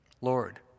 Lord